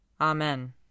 Amen